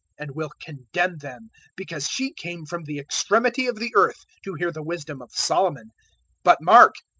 and will condemn them because she came from the extremity of the earth to hear the wisdom of solomon but mark!